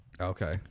Okay